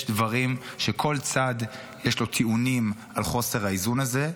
יש דברים, לכל צד יש טיעונים על חוסר האיזון הזה.